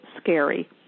scary